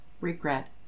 regret